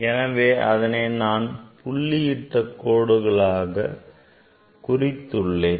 எனவே அதனை நான் புள்ளியிட்ட கோடுகளாக குறித்துள்ளேன்